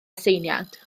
aseiniad